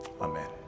Amen